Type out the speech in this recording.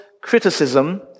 criticism